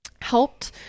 helped